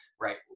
right